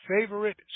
favorite